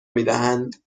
میدهند